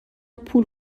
پول